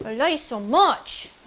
love you so much!